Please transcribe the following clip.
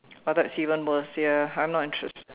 but that even worse ya I'm not interested